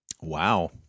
wow